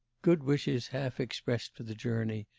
good wishes half expressed for the journey,